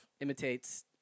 Imitates